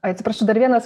atsiprašau dar vienas